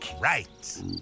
Right